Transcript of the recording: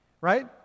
right